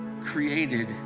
created